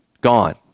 Gone